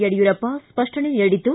ಯಡಿಯೂರಪ್ಪ ಸ್ಪಷ್ಟನೆ ನೀಡಿದ್ದು